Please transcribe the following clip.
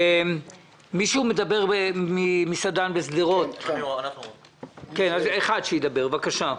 אחד מן המסעדנים בשדרות ידבר כעת, בבקשה.